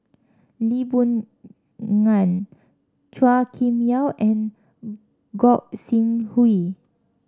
Lee Boon Ngan Chua Kim Yeow and Gog Sing Hooi